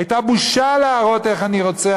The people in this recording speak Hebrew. הייתה בושה להראות איך אני רוצח,